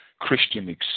Christian